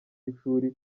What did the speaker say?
y’ishuri